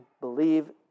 believe